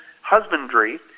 husbandry